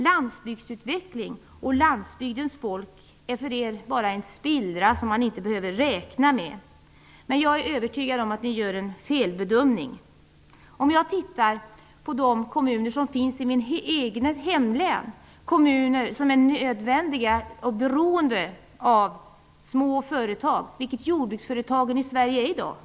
Landsbygdsutveckling och landsbygdens folk är för er bara en spillra som man inte behöver räkna med. Jag är övertygad om att ni gör en felbedömning. De kommuner som finns i mitt eget hemlän är beroende av små företag. Jordbruksföretag i Sverige är små företag i dag.